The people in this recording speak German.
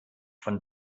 von